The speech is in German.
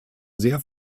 sehr